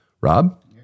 Rob